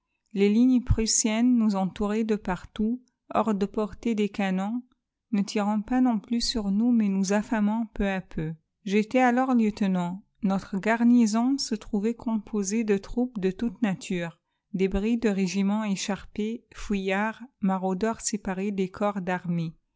les lignes prussiennes nous entouraient de partout hors de portée des canons ne tirant pas non plus sur nous mais nous affamant peu à peu j'étais alors lieutenant notre garnison se trouvait composée de troupes de toute nature débris de régiments écharpés fuyards maraudeurs séparés des corps d'armée